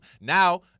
Now